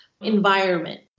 environment